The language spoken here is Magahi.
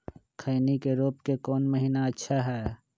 खैनी के रोप के कौन महीना अच्छा है?